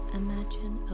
imagine